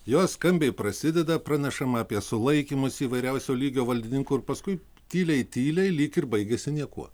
jos skambiai prasideda pranešama apie sulaikymus įvairiausio lygio valdininkų ir paskui tyliai tyliai lyg ir baigiasi niekuo